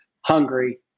hungry